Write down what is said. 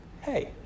Hey